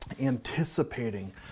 anticipating